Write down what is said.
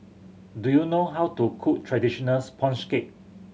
do you know how to cook traditional sponge cake